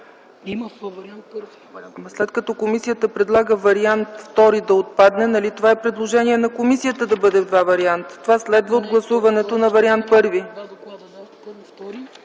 ЦЕЦКА ЦАЧЕВА: След като комисията предлага втори да отпадне, нали това е предложение на комисията да бъде в два варианта. Това следва от гласуването на вариант първи.